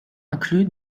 inclus